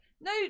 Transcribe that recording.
no